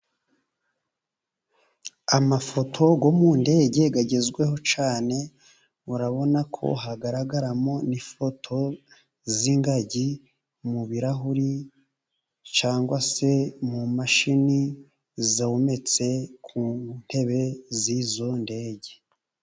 Amafoto yo mu ndege agezweho cyane, murabona ko hagaragaramo n'ifoto z'ingagi mu birarahuri cyangwa se mu mashini zometse ku ntebe z'izo ndege.